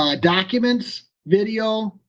um documents, video,